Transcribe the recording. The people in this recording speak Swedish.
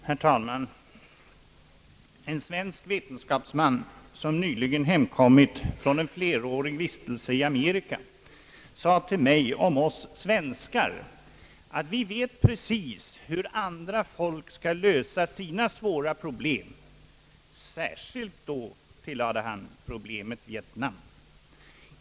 Herr talman! En svensk vetenskapsman som nyligen hemkommit från en flerårig vistelse i Amerika sade till mig om oss svenskar: »Vi vet precis hur andra folk skall lösa sina svåra problem, särskilt då problemet Vietnam.